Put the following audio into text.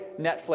Netflix